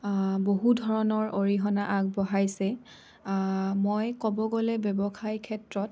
বহু ধৰণৰ অৰিহণা আগবঢ়াইছে মই ক'ব গ'লে ব্যৱসায় ক্ষেত্ৰত